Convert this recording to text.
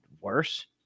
worse